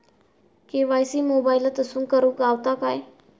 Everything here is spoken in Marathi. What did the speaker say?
के.वाय.सी मोबाईलातसून करुक गावता काय?